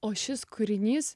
o šis kūrinys